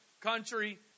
country